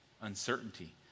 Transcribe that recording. uncertainty